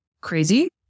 crazy